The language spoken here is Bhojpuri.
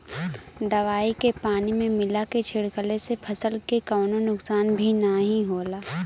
दवाई के पानी में मिला के छिड़कले से फसल के कवनो नुकसान भी नाहीं होला